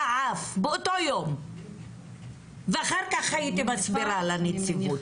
עף באותו יום ואחר כך הייתי מסבירה לנציבות.